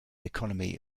economy